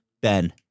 Ben